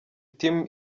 team